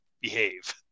behave